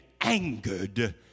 angered